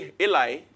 Eli